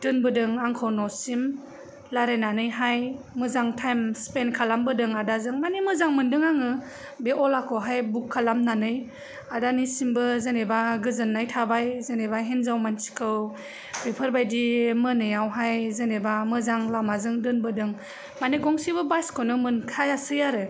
दोनबोदों आंखौ न'सिम रालायनानैहाय मोजां टाइम स्पेन्ट खालामबोदों आदाजों माने मोजां मोनदों आङो बे अलाखौहाय बुक खालामनानै आदानिसिमबो जेनेबा गोजोननाय थाबाय जेनेबा हिन्जाव मानसिखौ बेफोरबायदि मोनायावहाय जेनेबा मोजां लामाजों दोनबोदों माने गंसेबो बासखौनो मोनखायासै आरो